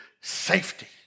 safety